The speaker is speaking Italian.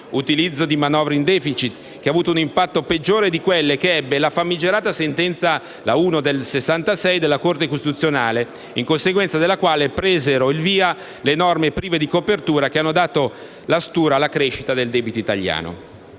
L'utilizzo di manovre in *deficit* ha avuto un impatto peggiore di quello che ebbe la famigerata sentenza n. 1 del 1966 della Corte costituzionale, in conseguenza della quale presero il via le norme prive di copertura, che hanno dato la stura alla crescita del debito italiano.